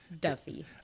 Duffy